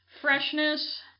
Freshness